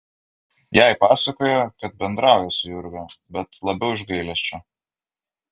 jai pasakojo kad bendrauja su jurga bet labiau iš gailesčio